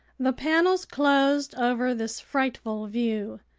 the panels closed over this frightful view,